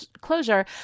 closure